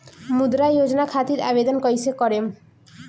मुद्रा योजना खातिर आवेदन कईसे करेम?